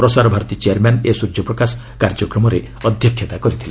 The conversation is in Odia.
ପ୍ରସାର ଭାରତୀ ଚେୟାର୍ମ୍ୟାନ୍ ଏ ସ୍ୱର୍ଯ୍ୟପ୍ରକାଶ କାର୍ଯ୍ୟକ୍ରମରେ ଅଧ୍ୟକ୍ଷତା କରିଥିଲେ